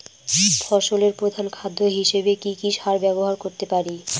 ফসলের প্রধান খাদ্য হিসেবে কি কি সার ব্যবহার করতে পারি?